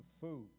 food